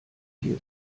sie